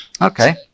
Okay